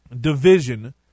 division